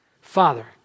Father